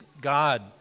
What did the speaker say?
God